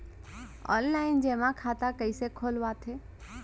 Online जेमा खाता कइसे खोलवाथे?